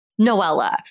Noella